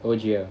O_G_L